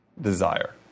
desire